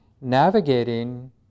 navigating